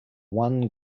one